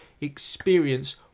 experience